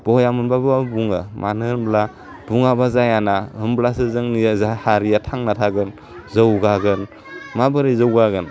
बया मोनबाबो आं बुङो मानो होनब्ला बुङाबा जायाना होमब्लासो जोंनि जाह हारिया थांना थागोन जौगागोन माबोरै जौगागोन